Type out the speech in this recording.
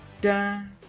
dun